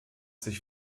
sich